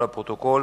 לפרוטוקול.